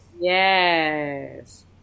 Yes